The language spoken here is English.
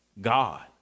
God